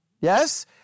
Yes